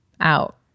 out